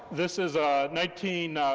this is nineteen,